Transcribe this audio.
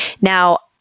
Now